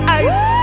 ice